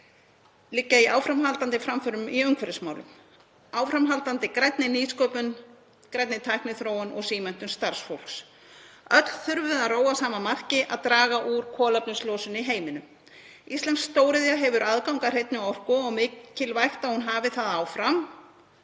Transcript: liggja í áframhaldandi framförum í umhverfismálum, áframhaldandi grænni nýsköpun, grænni tækniþróun og símenntun starfsfólks. Öll þurfum við að róa að sama marki, að draga úr kolefnislosun í heiminum. Íslensk stóriðja hefur aðgang að hreinni orku og mikilvægt er að hún hafi það áfram.